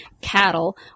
cattle